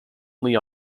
only